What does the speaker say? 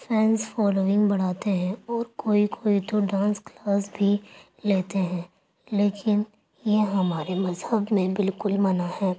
fans following بڑھاتے ہیں اور کوئی کوئی تو ڈانس کلاس بھی لیتے ہیں لیکن یہ ہمارے مذہب میں بالکل منع ہے